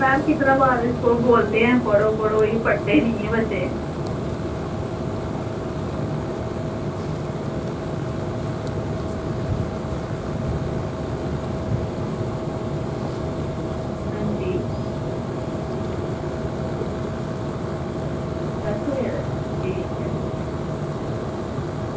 ma'am कितनी बार इनको बोलते हैं पढ़ो पढ़ो यह पढ़ते नी हैं बच्चे हंजी ते फिर ठीक ऐ